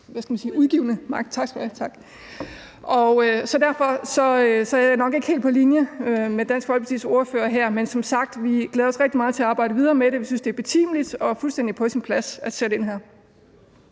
Derfor er jeg nok ikke helt på linje med Dansk Folkepartis ordfører. Men som sagt glæder vi os rigtig meget til at arbejde videre med det. Vi synes, det er betimeligt og fuldstændig på sin plads at sætte ind her.